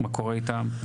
מה קורה איתם?